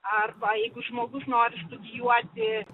arba jeigu žmogus nori studijuoti